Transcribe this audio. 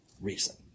reason